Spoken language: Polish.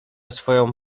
swoją